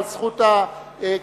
אבל זכות ההסתייגויות,